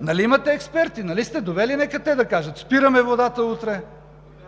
Нали имате експерти, нали сте довели – нека те да кажат? Спираме водата утре!